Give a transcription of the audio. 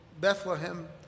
Bethlehem